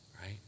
Right